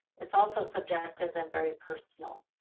it's also subjective and very personal.